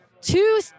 Two